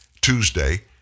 Tuesday